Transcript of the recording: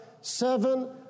seven